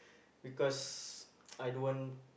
because I don't want